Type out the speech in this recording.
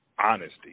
honesty